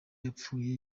yapfuye